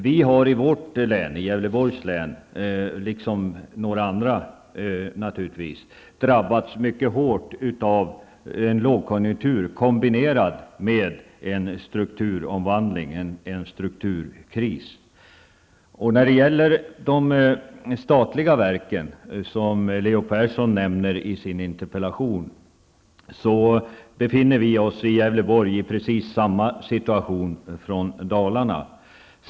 Vi har i vårt län, Gävleborgs län, drabbats mycket hårt av lågkonjunkturen kombinerad med en strukturomvandling, ja, en strukturkris. Detsamma gäller också några andra län. När det gäller de statliga verken, som Leo Persson nämner i sin interpellation, befinner vi i Gävleborg oss i precis samma situation som man gör i Dalarna.